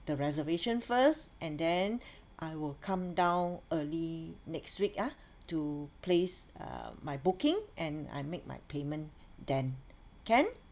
the reservation first and then I will come down early next week ah to place uh my booking and I make my payment then can